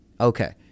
okay